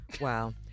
Wow